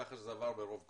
ככה שזה עבר ברוב קולות.